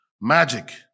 magic